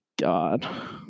God